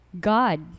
god